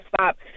stop